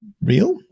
real